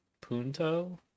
Punto